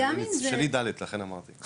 שלי ד', לכן אמרתי.